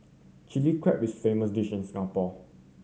Chilli Crab is famous dish in Singapore